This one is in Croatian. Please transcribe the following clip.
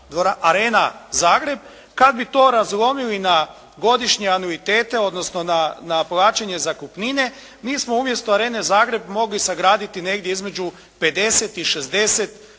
arena Zagreb. Kad bi to razlomili na godišnje anuitetu, odnosno na plaćanje zakupnine mi smo umjesto arene Zagreb mogli sagraditi negdje između 50 i 60 osnovnih